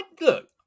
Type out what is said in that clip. Look